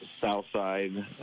Southside